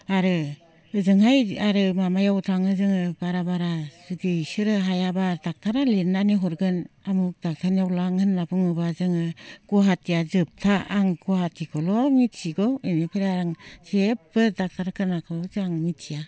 आरो ओजोंहाय आरो माबायाव लाङो जोङो बारा बारा जुदि बिसोरो हायाबा दक्ट'रा लिरनानै हरगोन आमुक दक्ट'रनियाव लां होनना बुङोबा जोङो गुवाहाटीया जोबथा आं गुवाहाटीखौल' मिथिगौ बेनिफ्राय आरो आं जेबो दक्ट'रखौनो मोजां मिथिया